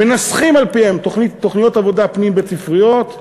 מנסחים על-פיה תוכניות עבודה פנים-בית-ספריות,